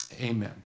Amen